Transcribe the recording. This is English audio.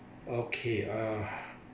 okay ah